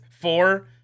four